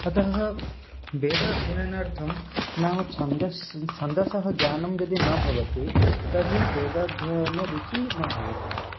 अतः वेदाध्ययनार्थं नाम छान्दसः छान्दसः ज्ञानं यदि न भवति तर्हि वेदाध्ययने रुचिः न भवति